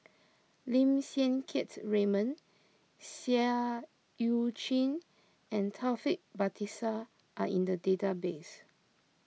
Lim Siang Keats Raymond Seah Eu Chin and Taufik Batisah are in the database